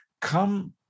Come